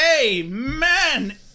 amen